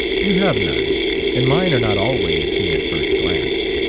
you have none and mine are not always seen at first glance.